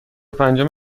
پنجم